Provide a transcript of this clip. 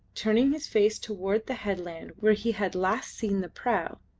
turning his face towards the headland where he had last seen the prau,